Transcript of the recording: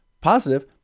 Positive